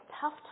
tough